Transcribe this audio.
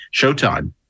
Showtime